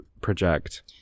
project